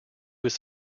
was